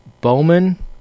Bowman